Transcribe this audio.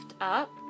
up